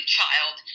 child